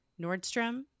Nordstrom